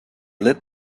lit